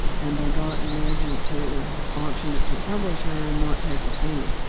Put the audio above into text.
and i got an agent to auction it to a publisher and not take a fee.